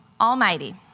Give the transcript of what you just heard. Almighty